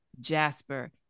Jasper